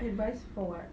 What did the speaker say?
advice for what